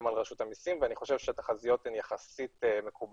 על רשות המיסים ואני חושב שהתחזיות הן יחסית מקובלות.